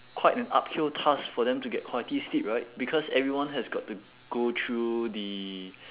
quite an uphill task for them to get quality sleep right because everyone has got to go through the